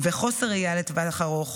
וחוסר ראייה לטווח ארוך,